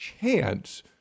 chance